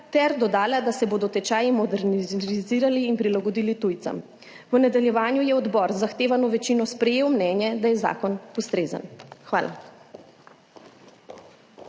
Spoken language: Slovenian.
ter dodala, da se bodo tečaji modernizirali in prilagodili tujcem. V nadaljevanju je odbor z zahtevano večino sprejel mnenje, da je zakon ustrezen. Hvala.